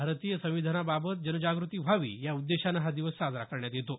भारतीय संविधानाबाबत जनजागृती व्हावी या उद्देशानं हा दिवस साजरा करण्यात येतो